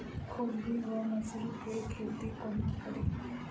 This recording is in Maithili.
खुम्भी वा मसरू केँ खेती कोना कड़ी?